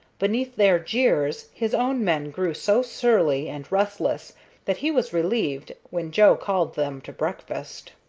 beneath their jeers his own men grew so surly and restless that he was relieved when joe called them to breakfast.